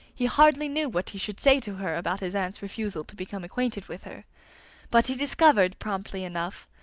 he hardly knew what he should say to her about his aunt's refusal to become acquainted with her but he discovered, promptly enough,